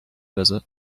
visit